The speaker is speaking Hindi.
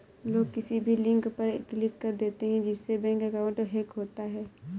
लोग किसी भी लिंक पर क्लिक कर देते है जिससे बैंक अकाउंट हैक होता है